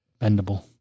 bendable